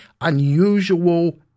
unusual